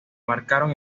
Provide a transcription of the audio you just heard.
marcaron